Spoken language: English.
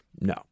No